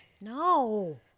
No